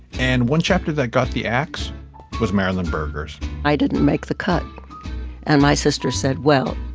and one chapter that got the ax was marilyn berger's i didn't make the cut and my sister said, well,